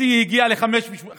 השיא הגיע ל-58,000.